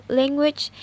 language